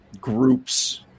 groups